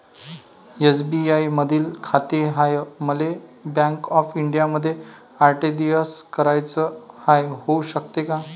SBI मधी खाते हाय, मले बँक ऑफ इंडियामध्ये आर.टी.जी.एस कराच हाय, होऊ शकते का?